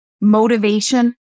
motivation